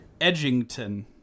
Edgington